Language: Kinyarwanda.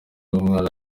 umwana